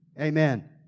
Amen